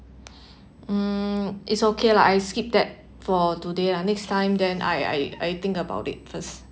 mm it's okay lah I skip that for today lah next time then I I I think about it first